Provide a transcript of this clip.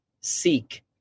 seek